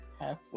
halfway